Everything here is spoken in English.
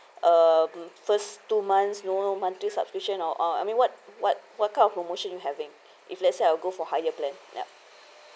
um first two months no monthly subscription or uh I mean what what what kind of promotion you having if let's say I will go for higher plan ya